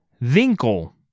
Winkel